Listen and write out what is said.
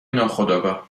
ناخودآگاه